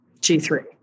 G3